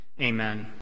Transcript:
amen